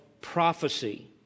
prophecy